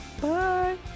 Bye